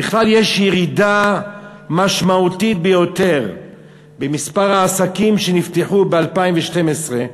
יש ירידה משמעותית ביותר במספר העסקים שנפתחו ב-2012,